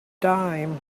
dime